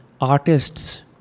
artists